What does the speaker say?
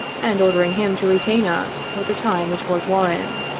and ordering him to retain us for the time at fort warren.